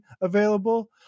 available